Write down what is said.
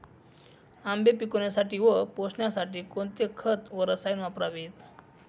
आंबे पिकवण्यासाठी व पोसण्यासाठी कोणते खत व रसायने वापरावीत?